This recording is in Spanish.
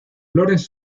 flores